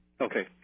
Okay